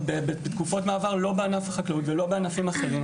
בתקופות מעבר לא בענף החקלאות ולא בענפים אחרים,